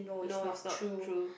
no it's not true